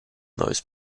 those